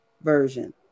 version